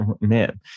Man